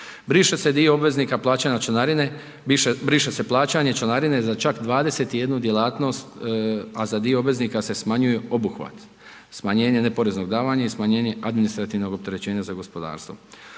briše se plaćanje članarine za čak 21 djelatnost, a za dio obveznika se smanjuje obuhvat, smanjenje neporeznog davanja i smanjenje administrativnog opterećenja za gospodarstvo.